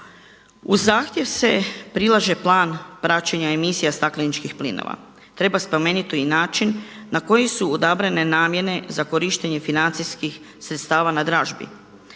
Uz zahtjev se prilaže plan praćenja emisija stakleničkih plinova. Treba spomenuti i način na koji su odabrane namjene za korištenje financijskih sredstava na dražbi.